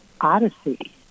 Odyssey